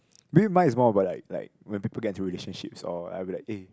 maybe mine is more about like like when people get into relationships or I will be like eh